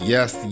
Yes